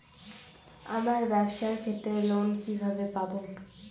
আমার ব্যবসার ক্ষেত্রে লোন কিভাবে পাব?